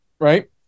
right